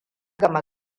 gama